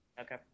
Okay